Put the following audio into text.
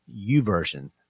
uversion